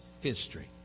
history